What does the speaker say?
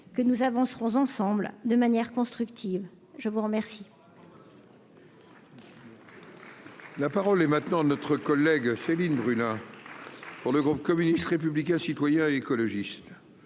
que nous avancerons ensemble de manière constructive, je vous remercie.